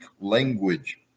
language